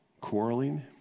quarreling